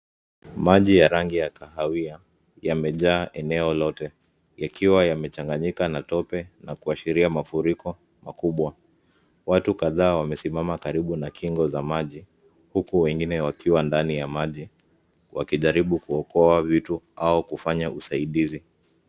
Maji ya rangi ya kahawia yamejaa eneo lote yakiwa yamechanganyika na tope na kuashiria mafuriko makubwa, watu kadhaa wamesimama karibu na kingo za maji, huku wengine wakiwa ndani ya maji wakijaribu kuokoa vitu au kufanya usaidizi.